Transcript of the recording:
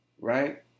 Right